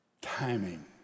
timing